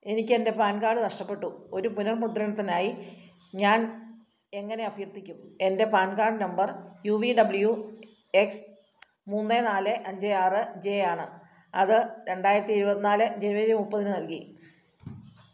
എനിക്ക് എൻ്റെ PAN card നഷ്ടപ്പെട്ടു ഒരു പുനർമുദ്രണത്തിനായി ഞാൻ എങ്ങനെ അഭ്യർത്ഥിക്കും എൻ്റെ PAN card number U V W X മുന്ന് നാല് അഞ്ച് ആറ് ജെ ആണ് അത് രണ്ടായിരത്തി ഇരുപത്തി നാല് ജനുവരി മുപ്പതിന് നൽകി